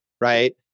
right